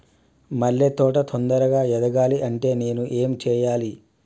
మల్లె తోట తొందరగా ఎదగాలి అంటే నేను ఏం చేయాలి?